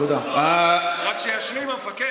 רק שישלים, המפקד.